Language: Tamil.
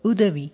உதவி